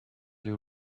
you